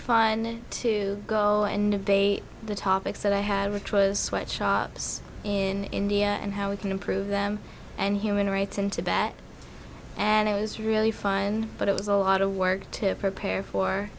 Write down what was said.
fun to go and they the topics that i had which was sweatshops in india and how we can improve them and human rights in tibet and it was really fun but it was a lot of work to prepare for